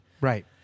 Right